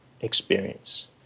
experience